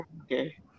Okay